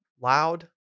loud